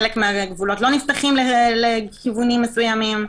חלק מהגבולות לא נפתחים לכיוונים מסוימים.